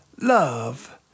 Love